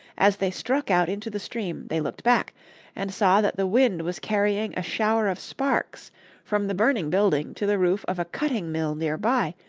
as they struck out into the stream, they looked back and saw that the wind was carrying a shower of sparks from the burning building to the roof of a cutting-mill near by,